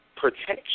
Protection